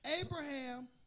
Abraham